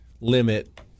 limit